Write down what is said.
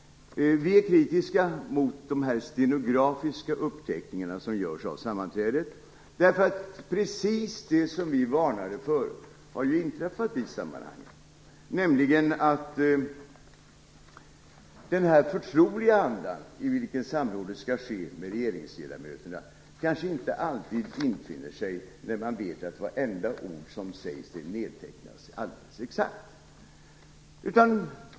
Vi är kritiska mot de stenografiska uppteckningar som görs under sammanträdena. Precis det som vi varnade för har nämligen inträffat. Den förtroliga anda i vilken samrådet med regeringsledamöterna skall ske kanske inte alltid infinner sig när man vet att vartenda ord som sägs nedtecknas exakt.